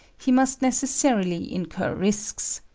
he must necessarily incur risks.